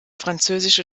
französische